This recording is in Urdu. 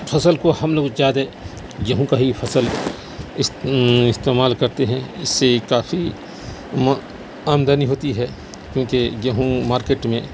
فصل کو ہم لوگ زیادہ گیہوں کا ہی فصل اس استعمال کرتے ہیں اس سے کافی آمدنی ہوتی ہے کیوںکہ گیہوں مارکیٹ میں